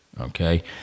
okay